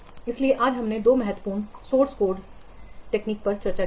इसलिए आज हमने दो महत्वपूर्ण स्रोत कोड समीक्षा तकनीकों पर चर्चा की है